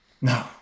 No